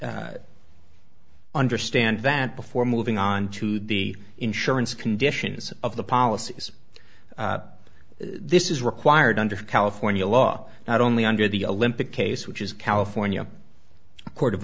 understand that before moving on to the insurance conditions of the policies this is required under california law not only under the olympic case which is california court of